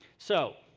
so,